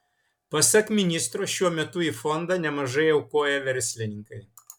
pasak ministro šiuo metu į fondą nemažai aukoja verslininkai